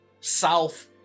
South